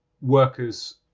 workers